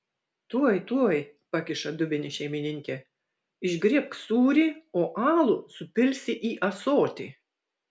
tuoj tuoj pakiša dubenį šeimininkė išgriebk sūrį o alų supilsi į ąsotį